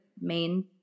main